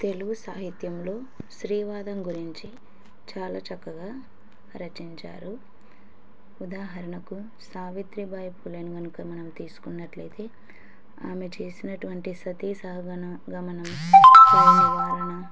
తెలుగు సాహిత్యంలో శ్రీవాదం గురించి చాలా చక్కగా రచించారు ఉదాహరణకు సావిత్రిబాయ ఫులేని కనుక మనం తీసుకున్నట్లయితే ఆమె చేసినటువంటి సతీ సహగమనం వాారిని